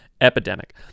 Epidemic